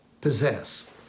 possess